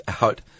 out